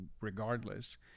regardless